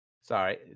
Sorry